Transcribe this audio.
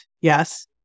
Yes